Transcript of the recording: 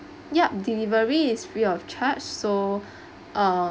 yup delivery is free of charge so uh